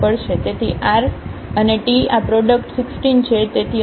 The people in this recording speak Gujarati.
તેથી r અને t આ પ્રોડક્ટ 16 છે